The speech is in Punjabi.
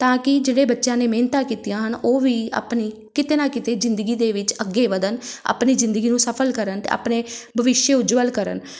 ਤਾਂ ਕਿ ਜਿਹੜੇ ਬੱਚਿਆਂ ਨੇ ਮਿਹਨਤਾਂ ਕੀਤੀਆਂ ਹਨ ਉਹ ਵੀ ਆਪਣੀ ਕਿਤੇ ਨਾ ਕਿਤੇ ਜ਼ਿੰਦਗੀ ਦੇ ਵਿੱਚ ਅੱਗੇ ਵਧਣ ਆਪਣੀ ਜ਼ਿੰਦਗੀ ਨੂੰ ਸਫਲ ਕਰਨ ਅਤੇ ਆਪਣੇ ਬਵਿਸ਼ਯ ਉਜਵਲ ਕਰਨ